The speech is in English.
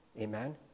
Amen